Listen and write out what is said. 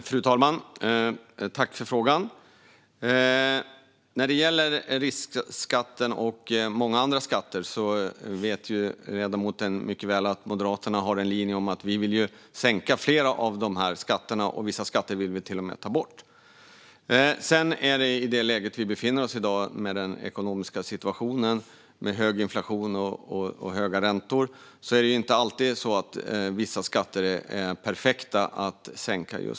Fru talman! Tack, ledamoten, för frågan! När det gäller riskskatten och många andra skatter vet ledamoten mycket väl att Moderaterna har en linje som innebär att vi vill sänka flera av dem, och vissa skatter vill vi till och med ta bort. Men i den ekonomiska situation vi befinner oss i, med hög inflation och höga räntor, är det inte perfekt läge att sänka vissa skatter just nu.